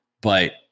but-